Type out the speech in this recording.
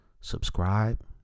subscribe